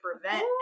prevent